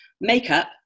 makeup